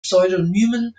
pseudonymen